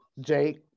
Jake